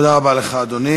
לוועדת האתיקה.